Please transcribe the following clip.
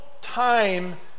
time